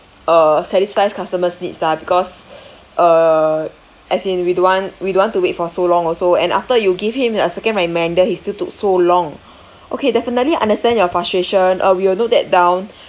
uh satisfy customer's needs lah because uh as in we don't want we don't want to wait for so long also and after you give him a secondary reminder he still took so long okay definitely understand your frustration uh we will note that down